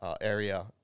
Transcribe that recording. area